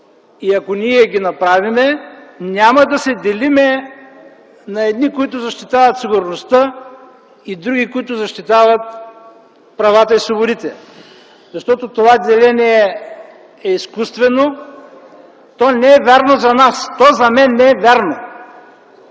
и, ако ние ги направим, няма да се делим на едни, които защитават сигурността, и други, които защитават правата и свободите, защото това деление е изкуствено. То не е вярно за нас, то за мен не е вярно.